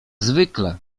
zwykle